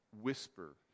whisper